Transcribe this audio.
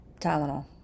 tylenol